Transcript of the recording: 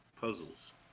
Puzzles